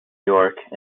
york